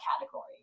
category